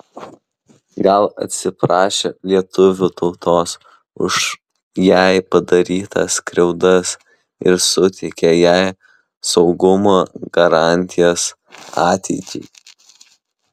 gal atsiprašė lietuvių tautos už jai padarytas skriaudas ir suteikė jai saugumo garantijas ateičiai